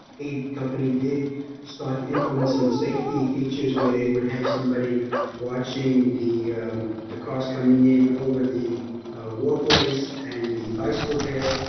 a company did start to implement some safety features, where they would have watching the the cars coming in over the walkways and the bicycle paths.